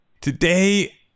Today